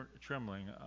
trembling